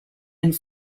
and